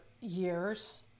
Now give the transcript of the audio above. years